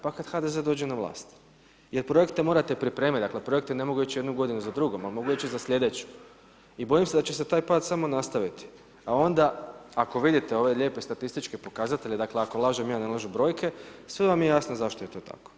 Pa kada HDZ dođe na vlast, jer projekte morate pripremiti, dakle, projekti ne mogu ići jednu godinu za drugom, ali mogu ići za slijedeću i bojim se da će se taj pad samo nastaviti, a onda ako vidite ove lijepe statističke pokazatelje, dakle, ako lažem ja, ne lažu brojke, sve vam je jasno zašto je to tako.